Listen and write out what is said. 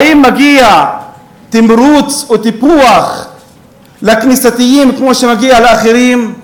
האם מגיע תמרוץ או טיפוח לכנסייתיים כמו שמגיע לאחרים?